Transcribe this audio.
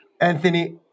Anthony